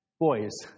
boys